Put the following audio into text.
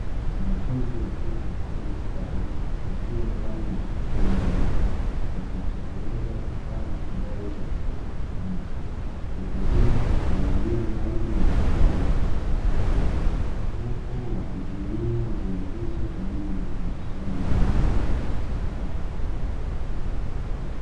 Wanafunzi wa chuo cha ufundi stadi wakiwa ndani ya chumba icho wakitengeneza vifaa mbalimbali vya kielektroniki, kupitia teknolojia maalumu na vifaa vya kisasa huku wakitumia njia hizo kwa ajili ya uzalishaji bora wa vifaa vya kielektroniki.